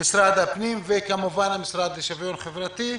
משרד הפנים וכמובן המשרד לשוויון חברתי.